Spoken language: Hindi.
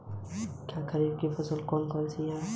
खरीफ की फसलें कौन कौन सी हैं?